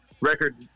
record